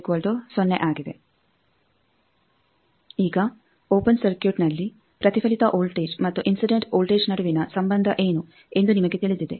ಈಗ ಓಪೆನ್ ಸರ್ಕ್ಯೂಟ್ನಲ್ಲಿ ಪ್ರತಿಫಲಿತ ವೋಲ್ಟೇಜ್ ಮತ್ತು ಇನ್ಸಿಡೆಂಟ್ ವೋಲ್ಟೇಜ್ ನಡುವಿನ ಸಂಬಂಧ ಏನು ಎಂದು ನಿಮಗೆ ತಿಳಿದಿದೆ